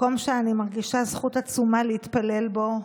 מקום שאני מרגישה זכות עצומה להתפלל בו.